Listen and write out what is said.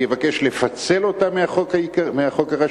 אני אבקש לפצל אותם מהחוק הראשי,